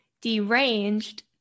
deranged